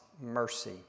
mercy